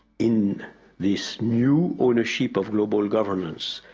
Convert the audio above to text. in this new ownership of global governnance,